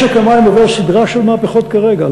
משק המים עובר סדרה של מהפכות כרגע,